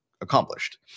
accomplished